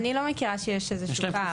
אני לא מכירה איזשהו פער.